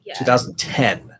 2010